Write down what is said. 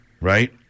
right